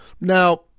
now